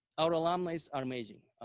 our alumni so are amazing.